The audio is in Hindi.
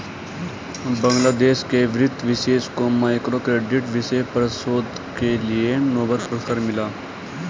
बांग्लादेश के वित्त विशेषज्ञ को माइक्रो क्रेडिट विषय पर शोध के लिए नोबेल पुरस्कार मिला